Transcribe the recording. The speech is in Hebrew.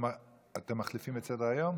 אתם מחליפים את סדר-היום?